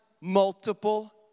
multiple